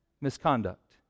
misconduct